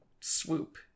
swoop